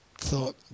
thought